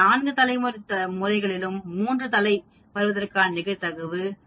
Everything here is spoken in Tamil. இந்த நான்கு முறைகளில் மூன்று தலை வருவதற்கான நிகழ்தகவு25